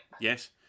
Yes